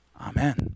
Amen